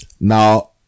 Now